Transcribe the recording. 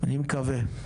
אני מקווה.